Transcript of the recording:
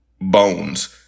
bones